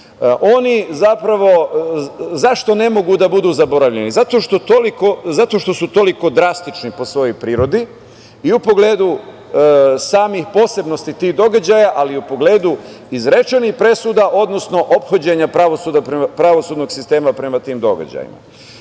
slučajevima. Zašto ne mogu da budu zaboravljeni? Zato što su toliko drastični po svojoj prirodi i u pogledu samih posebnosti tih događaja, ali i u pogledu izrečenih presuda, odnosno ophođenja pravosudnog sistema prema tim događajima. Prvi